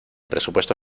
presupuesto